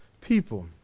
people